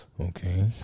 Okay